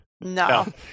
no